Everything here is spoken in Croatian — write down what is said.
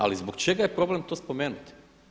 Ali zbog čega je problem to spomenuti?